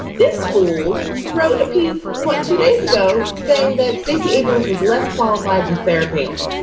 this fool, wrote a piece. what, two days ago saying that stacey abrams was less qualified than sarah palin.